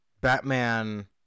Batman